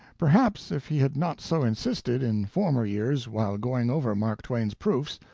perhaps if he had not so insisted, in former years, while going over mark twain's proofs,